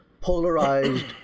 polarized